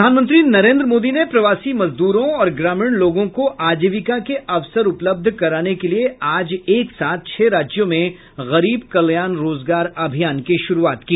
प्रधानमंत्री नरेन्द्र मोदी ने प्रवासी मजदूरों और ग्रामीण लोगों को आजीविका के अवसर उपलब्ध कराने के लिए आज एक साथ छह राज्यों में गरीब कल्याण रोजगार अभियान की शुरूआत की